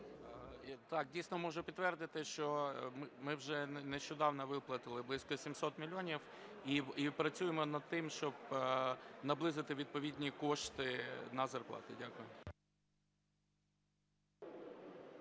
Так, дійсно, можу підтвердити, що ми вже нещодавно виплатили близько 700 мільйонів і працюємо над тим, щоб наблизити відповідні кошти на зарплати. Дякую.